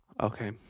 Okay